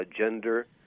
gender